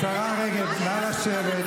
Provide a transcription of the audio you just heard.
השרה רגב, נא לשבת.